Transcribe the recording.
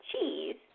cheese